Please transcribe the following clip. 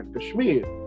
Kashmir